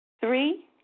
Three